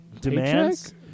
Demands